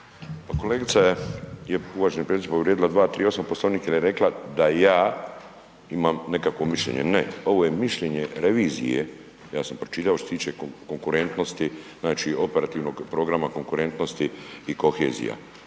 Pa kolegica je, uvaženi predsjedniče povrijedila 238. Poslovnik jer je rekla da ja imam nekakvo mišljenje, ne ovo je mišljenje revizije, ja sam pročitao što se tiče konkurentnosti, znači operativnog programa konkurentnosti i kohezija.